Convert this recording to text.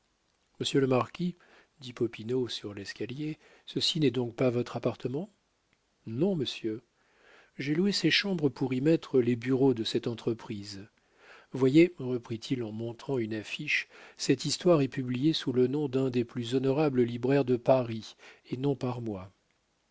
monsieur le marquis dit popinot sur l'escalier ceci n'est donc pas votre appartement non monsieur j'ai loué ces chambres pour y mettre les bureaux de cette entreprise voyez reprit-il en montrant une affiche cette histoire est publiée sous le nom d'un des plus honorables libraires de paris et non par moi